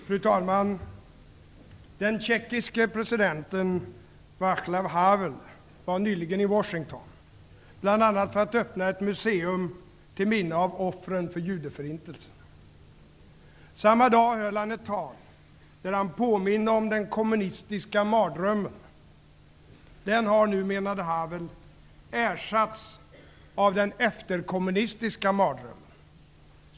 Fru talman! Den tjeckiske presidenten Václav Havel var nyligen i Washington, bl.a. för att öppna ett museum till minne av offren för judeförintelsen. Samma dag höll han ett tal, där han påminde om den kommunistiska mardrömmen. Den har nu, menade Havel, ersatts av den efterkommunistiska mardrömmen.